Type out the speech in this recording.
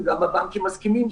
וגם הבנקים מסכימים,